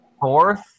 fourth